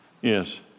Yes